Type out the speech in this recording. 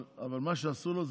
אבל מה שעשו לו,